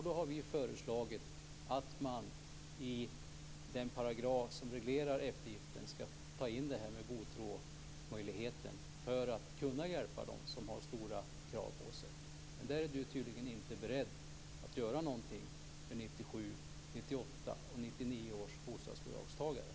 Då har vi föreslagit att man i den paragraf som reglerar eftergifter skall ta in god tro-möjligheten för att kunna hjälpa dem som har stora krav på sig. I det avseendet är du tydligen inte beredd att göra någonting för 1997,